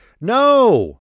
No